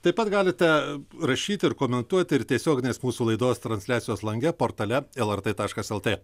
taip pat galite rašyti ir komentuoti ir tiesioginės mūsų laidos transliacijos lange portale lrt taškas lt